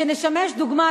שנשמש דוגמה,